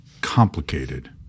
complicated